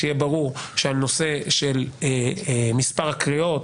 שיהיה ברור שהנושא של מספר הקריאות,